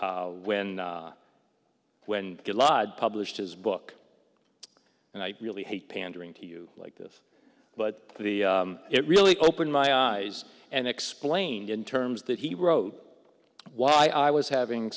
when when good lud published his book and i really hate pandering to you like this but the it really opened my eyes and explained in terms that he wrote while i was having